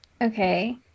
Okay